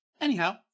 Anyhow